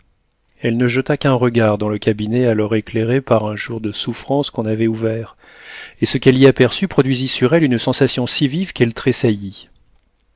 elle ne jeta qu'un regard dans le cabinet alors éclairé par un jour de souffrance qu'on avait ouvert et ce qu'elle y aperçut produisit sur elle une sensation si vive qu'elle